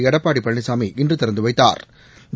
எடப்பாடி பழனிசாமி இன்று திறந்து வைத்தாா்